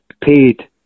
paid